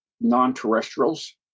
non-terrestrials